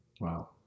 Wow